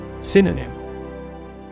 Synonym